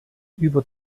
über